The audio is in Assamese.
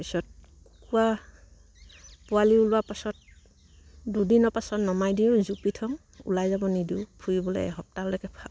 ত পিছত কুকুৰা পোৱালি ওলোৱা পাছত দুদিনৰ পাছত নমাই দিওঁ ওলাই যাব নিদিওঁ ফুৰিবলে এসপ্তাহলৈকে